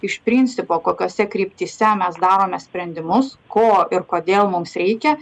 iš principo kokiose kryptyse mes darome sprendimus ko ir kodėl mums reikia